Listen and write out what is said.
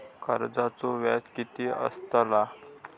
कर्जाचो व्याज कीती असताला?